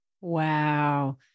Wow